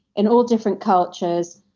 in all different cultures,